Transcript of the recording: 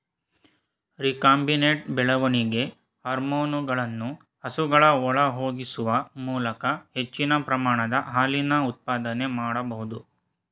recombinant ಬೆಳವಣಿಗೆ ಹಾರ್ಮೋನುಗಳನ್ನು ಹಸುಗಳ ಒಳಹೊಗಿಸುವ ಮೂಲಕ ಹೆಚ್ಚಿನ ಪ್ರಮಾಣದ ಹಾಲಿನ ಉತ್ಪಾದನೆ ಮಾಡ್ಬೋದು